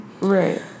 Right